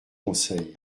conseils